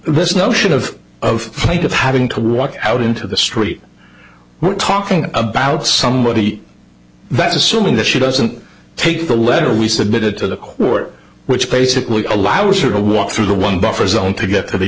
this notion of of plate of having to walk out into the street we're talking about somebody that's assuming that she doesn't take the letter we submitted to the court which basically allows her to walk through the one buffer zone to get to the